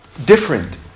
different